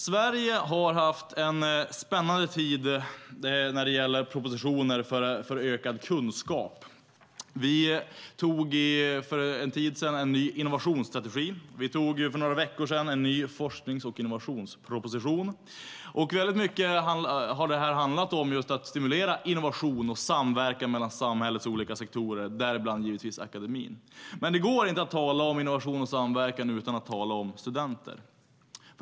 Sverige har haft en spännande tid när det gäller propositioner för ökad kunskap. Vi antog för en tid sedan en ny innovationsstrategi. Vi antog för några veckor sedan en ny forsknings och innovationsproposition. Väldigt mycket har det handlat om just att stimulera innovation och samverkan mellan samhällets olika sektorer, däribland givetvis akademin. Men det går inte att tala om innovation och samverkan utan att tala om studenter.